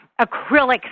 acrylic